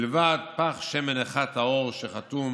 מלבד פך שמן אחד טהור שחתום